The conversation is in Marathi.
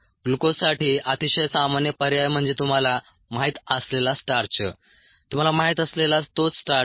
ग्लुकोजसाठी अतिशय सामान्य पर्याय म्हणजे तुम्हाला माहीत असलेला स्टार्च तुम्हाला माहित असलेला तोच स्टार्च